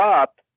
up